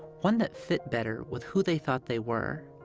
one that fit better with who they thought they were,